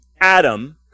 Adam